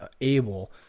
able